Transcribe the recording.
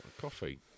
coffee